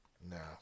no